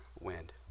wind